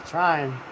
Trying